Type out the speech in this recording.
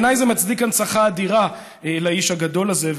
בעיניי זה מצדיק הנצחה אדירה לאיש הגדול הזה,